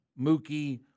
Mookie